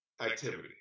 activity